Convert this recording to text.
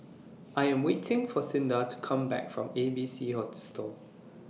I Am waiting For Cinda to Come Back from A B C Hostel